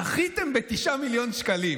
זכיתם ב-9 מיליון שקלים.